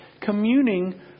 communing